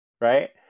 right